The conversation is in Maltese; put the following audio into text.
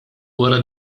wara